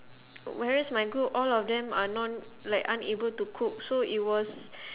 whereas my group all of them are non like unable to cook so it was